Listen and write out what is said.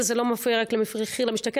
זה כבר מעבר לכל פרופורציה,